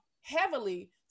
heavily